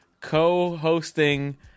co-hosting